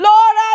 Lord